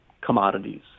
commodities